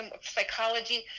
psychology